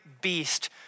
beast